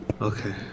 Okay